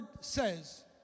says